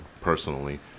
personally